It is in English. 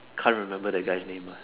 can't remember that guy's name uh